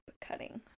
Cutting